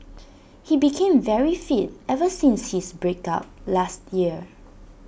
he became very fit ever since his break up last year